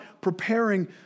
preparing